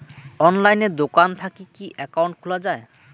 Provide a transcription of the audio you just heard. অনলাইনে দোকান থাকি কি একাউন্ট খুলা যায়?